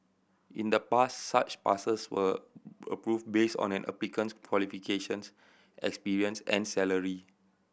in the past such passes were approved based on an applicant's qualifications experience and salary